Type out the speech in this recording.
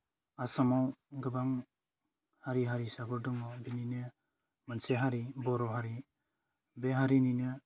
आसामाव गोबां हारि हारिसाफोर दङ बेनिनो मोनसे हारि बर' हारि बे हारिनिनो